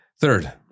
Third